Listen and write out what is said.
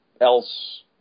else